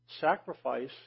sacrifice